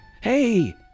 Hey